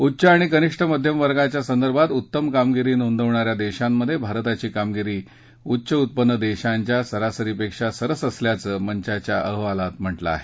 उच्च आणि कनिष्ठ मध्यम वर्गाच्या संदर्भात उत्तम कामगिरी नोंदवणाऱ्या देशांमधे भारताची कामगिरी उच्च उत्पन्न देशांच्या सरासरीपेक्षा सरस असल्याचं मंचाच्या अहवालात म्हटलं आहे